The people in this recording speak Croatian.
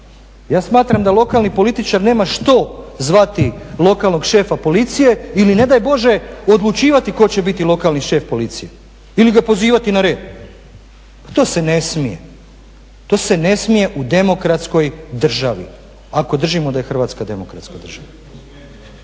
Ja smatram da lokalni političar nema što zvati lokalnog šefa policije ili ne daj Bože odlučivati tko će biti lokalni šef Policije ili ga pozivati na red. To se ne smije. To se ne smije u demokratskoj državi, ako držimo da je Hrvatska demokratska država.